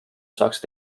saaksid